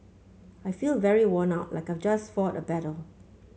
I feel very worn out like I've just fought a battle